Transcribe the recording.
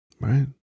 Right